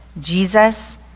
Jesus